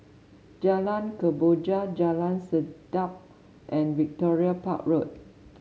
Jalan Kemboja Jalan Sedap and Victoria Park Road